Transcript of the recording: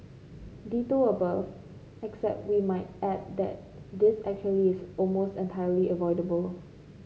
ditto above except we might add that this actually is almost entirely avoidable